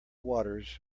waters